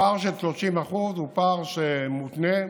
הפער של 30% הוא פער שמותנה בתקציב,